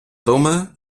думаю